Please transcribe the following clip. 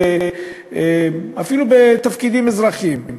אפילו בתפקידים אזרחיים,